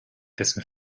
dessen